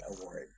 award